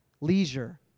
leisure